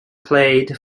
played